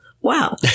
Wow